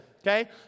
okay